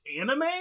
anime